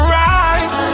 right